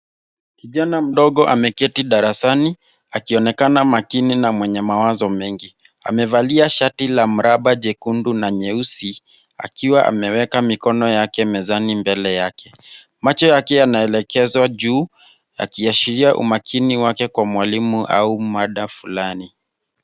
Kijana mdogo ameketi darasani akionekana makini na mwenye mawazo mengi. Amevalia shati la mraba jekundu na nyeusi akiwa ameweka mikono yake mezani mbele yake. Macho yake yanaelekezwa juu, yakiashiria umakini wake kwa mwalimu au mada fulani.